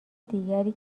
دیگری